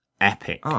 Epic